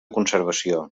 conservació